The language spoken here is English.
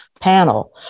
panel